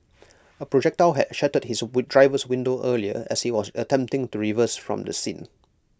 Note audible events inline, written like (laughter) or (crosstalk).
A projectile had shattered his (hesitation) driver's window earlier as he was attempting to reverse from the scene